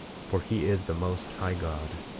for he is the most high god,